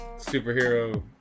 superhero